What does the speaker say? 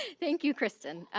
thank you, krystan.